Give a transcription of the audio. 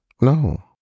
No